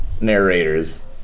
narrators